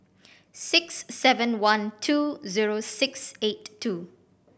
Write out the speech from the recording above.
six seven one two zero six eight two